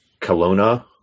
Kelowna